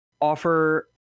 offer